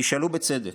תשאלו בצדק: